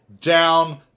down